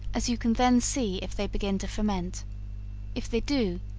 as you can then see if they begin to ferment if they do,